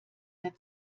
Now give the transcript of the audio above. der